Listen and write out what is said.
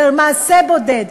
על מעשה בודד,